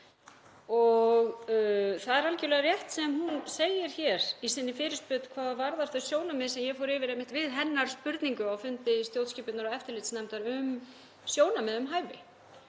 Það er algjörlega rétt sem hún segir hér í sinni fyrirspurn hvað varðar þau sjónarmið sem ég fór yfir einmitt við hennar spurningu á fundi stjórnskipunar- og eftirlitsnefndar um sjónarmið um hæfi.